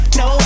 no